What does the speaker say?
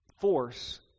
force